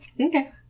Okay